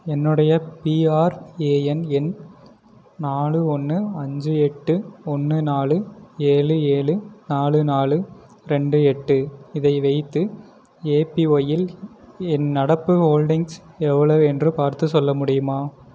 என்னுடைய பிஆர்ஏஎன் எண் நாலு ஒன்று அஞ்சு எட்டு ஒன்று நாலு ஏழு ஏழு நாலு நாலு ரெண்டு எட்டு இதை வைத்து ஏபிஒய்யில் என் நடப்பு ஹோல்டிங்ஸ் எவ்வளவு என்று பார்த்துச் சொல்ல முடியுமா